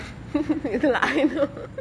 இதுல:ithula I know